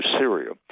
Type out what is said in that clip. Syria